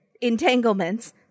entanglements